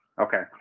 okay